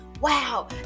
wow